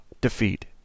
defeat